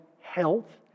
health